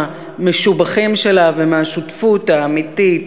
מהכישורים המשובחים שלה ומהשותפות האמיתית,